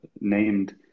named